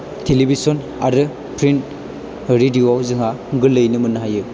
television आरो print रिडिअआव जोंहा गोरलैयैनो मोन्नो हायो